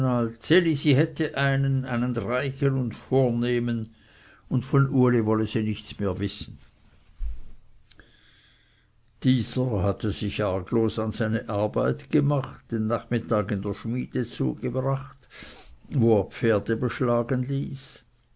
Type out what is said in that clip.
elisi hätte einen einen reichen und vornehmen und von uli wolle es nichts mehr wissen dieser hatte arglos seine arbeit gemacht den nachmittag in der schmiede zugebracht wo er pferde beschlagen ließ